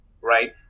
right